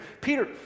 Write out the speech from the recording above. Peter